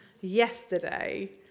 Yesterday